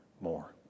more